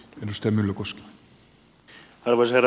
arvoisa herra puhemies